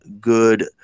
good